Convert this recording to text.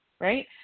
Right